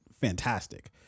fantastic